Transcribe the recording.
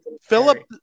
Philip